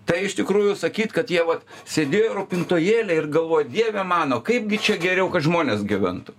tai iš tikrųjų sakyt kad jie vat sėdėjo rūpintojėliai ir galvojo dieve mano kaipgi čia geriau kad žmonės gyventų